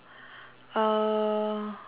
uh